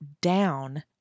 down